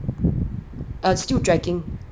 err still dragging